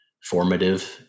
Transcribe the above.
formative